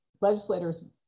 legislators